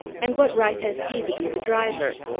and what right has he to be the driver?